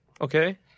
Okay